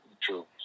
True